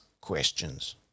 questions